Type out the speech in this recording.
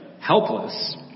helpless